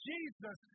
Jesus